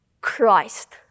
Christ